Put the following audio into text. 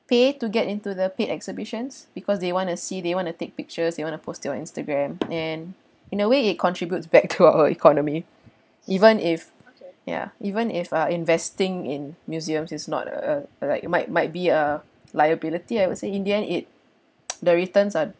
pay to get into the paid exhibitions because they want to see they want to take pictures they want to post it on Instagram and in a way it contributes back to our economy even if ya even if uh investing in museums is not uh uh like might might be a liability I would say in the end it the returns are